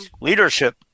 Leadership